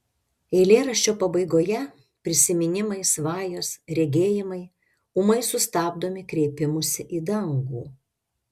eilėraščio pabaigoje prisiminimai svajos regėjimai ūmai sustabdomi kreipimusi į dangų